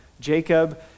Jacob